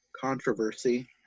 controversy